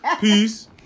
peace